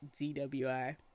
DWI